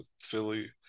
Philly